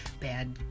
bad